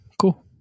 Cool